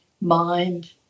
mind